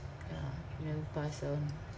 yeah nearly pass that one